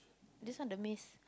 just one the miss